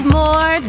more